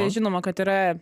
žinoma kad yra